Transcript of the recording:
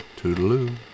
Toodaloo